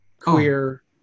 queer